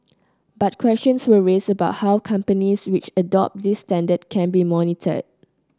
but questions were raised about how companies which adopt this standard can be monitored